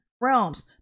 realms